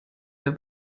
der